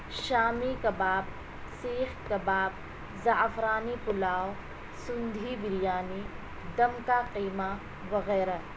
شامی کباب سیخ کباب زعفرانی پلاؤ سندھی بریانی دم کا قیمہ وغیرہ